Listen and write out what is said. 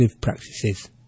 practices